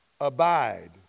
abide